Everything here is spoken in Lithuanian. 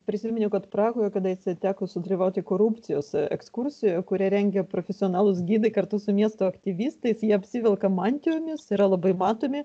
prisiminiau kad prahoje kadaise teko sudalyvauti korupcijos ekskursijoje kurią rengia profesionalūs gidai kartu su miesto aktyvistais jie apsivelka mantijomis yra labai matomi